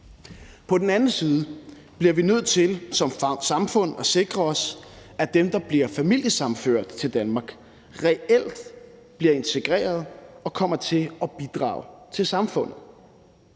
På den anden side bliver vi nødt til som samfund at sikre os, at dem, der bliver familiesammenført til Danmark, reelt bliver integreret og kommer til at bidrage til samfundet.